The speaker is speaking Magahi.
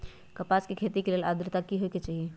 कपास के खेती के लेल अद्रता की होए के चहिऐई?